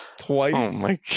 twice